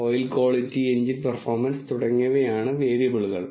oil quality engine performance തുടങ്ങിയവയാണ് വേരിയബിളുകൾ